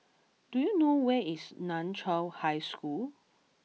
do you know where is Nan Chiau High School